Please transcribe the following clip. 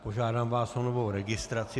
Požádám vás o novou registraci.